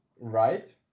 right